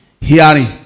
hearing